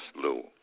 Lou